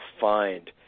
find